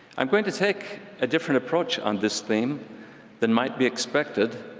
i'm going to take a different approach on this theme than might be expected,